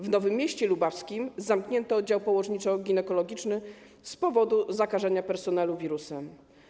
W Nowym Mieście Lubawskim zamknięto odział położniczo-ginekologiczny z powodu zakażenia personelu wirusem.